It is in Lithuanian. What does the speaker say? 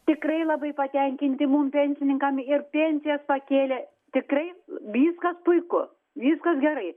tikrai labai patenkinti mum pensininkam ir pensijas pakėlė tikrai viskas puiku viskas gerai